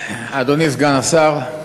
אדוני סגן השר,